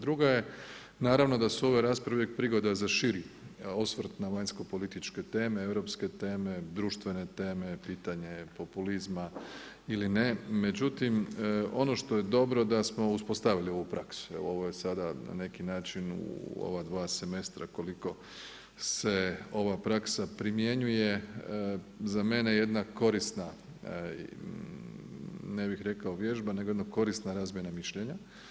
Druga je naravno da su ove raspravi prigoda za širi osvrt na vanjskopolitičke teme, europske teme, društvene teme, pitanje populizma ili ne, međutim ono što je dobro, da smo uspostavili ovu praksu, evo ovo je sada na neki način, u ova dva semestra koliko se ova praksa primjenjuje, za mene jedna korisna ne bih rekao vježba, nego jedna korisna razmjena mišljenja.